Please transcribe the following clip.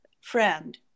friend